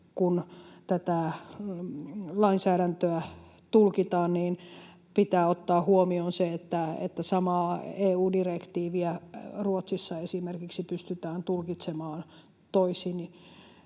kun tätä lainsäädäntöä tulkitaan, pitää ottaa huomioon se, että samaa EU-direktiiviä esimerkiksi Ruotsissa pystytään tulkitsemaan toisin,